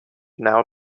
now